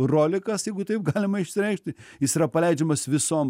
rolikas jeigu taip galima išsireikšti jis yra paleidžiamas visom